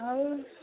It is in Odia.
ଆଉ